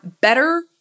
better